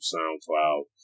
SoundCloud